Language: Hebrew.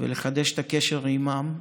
ולחדש את הקשר עימם.